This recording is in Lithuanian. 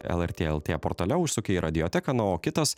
lrt lt portale užsukę į radioteką na o kitas